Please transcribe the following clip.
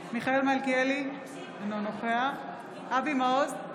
מיכאל מלכיאלי, אינו נוכח אבי מעוז,